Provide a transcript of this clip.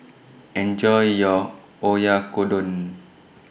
Enjoy your Oyakodon